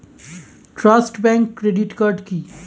Trust bank credit card কি?